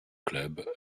club